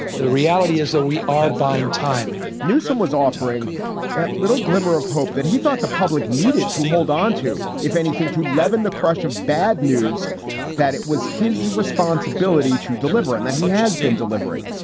the reality is that we are buying time newsom was offering that little glimmer of hope that he thought the public needed to hold on to, if anything, to leaven the crush of bad news that it was his responsibility to deliver and that he has been delivering.